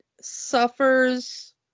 suffers